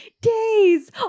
days